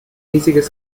riesiges